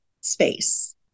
space